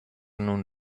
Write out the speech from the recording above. nun